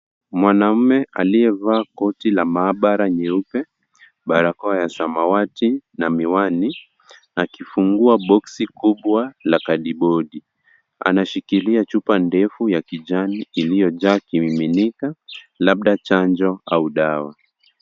Mwanaume aliyevaa koti la maabara nyeupe, barakoa ya samawati na miwani akifungua boksi kubwa la kadibodi. Anashikilia chupa ndefu ya kijani iliyojaa kimiminika labda chanjo au dawa.